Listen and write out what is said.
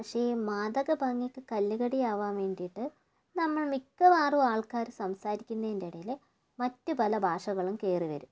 പക്ഷെ ഈ മാദക ഭംഗിക്ക് കല്ലുകടിയാവാൻ വേണ്ടിയിട്ട് നമ്മൾ മിക്കവാറും ആൾക്കാര് സംസാരിക്കുന്നതിൻ്റെ ഇടയില് മറ്റു പല ഭാഷകളും കയറി വരും